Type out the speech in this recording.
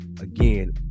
Again